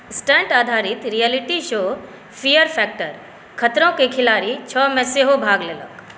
stunt आधारित reality show fear factor खतरोंके खेलाड़ी छओमे सेहो भाग लेलक